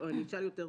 אשאל יותר ספציפית: